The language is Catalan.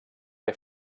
què